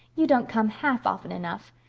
you don't come half often enough.